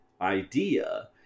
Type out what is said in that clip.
idea